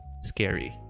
scary